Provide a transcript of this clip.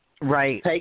Right